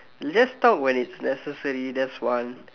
just talk when it's necessary that's one